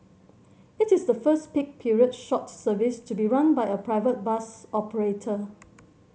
it is the first peak period short service to be run by a private bus operator